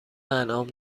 انعام